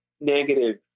negative